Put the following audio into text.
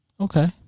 Okay